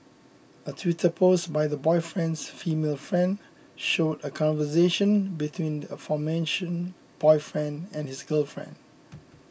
a twitter post by the boyfriend's female friend showed a conversation between the aforementioned boyfriend and his girlfriend